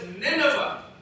Nineveh